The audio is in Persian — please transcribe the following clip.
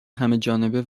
همهجانبه